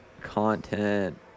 content